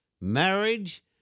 marriage